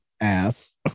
ass